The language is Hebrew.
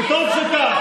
וטוב שכך.